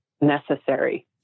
necessary